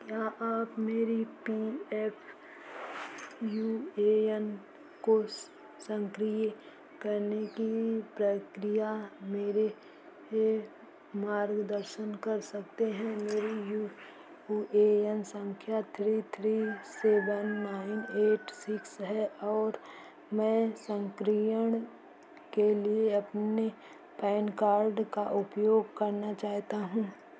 क्या आप मेरी P F U A N को सक्रिय करने की प्रक्रिया में मेरा मार्गदर्शन कर सकते हैं मेरी यू ए एन संख्या three three seven nine eight six है और मैं सक्रियण के लिए अपने पैन कार्ड का उपयोग करना चाहता हूँ